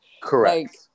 Correct